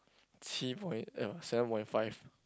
七 point eh no seven point five